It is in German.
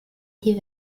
die